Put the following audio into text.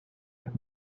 when